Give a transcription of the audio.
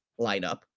lineup